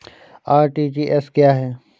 RTGS क्या है?